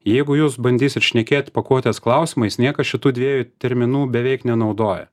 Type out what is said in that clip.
jeigu jūs bandysit šnekėt pakuotės klausimais niekas šitų dviejų terminų beveik nenaudoja